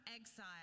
exile